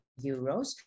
euros